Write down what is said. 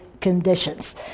conditions